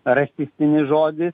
rasistinis žodis